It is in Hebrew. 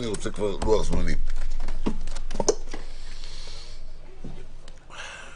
11:45.